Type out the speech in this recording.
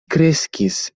kreskis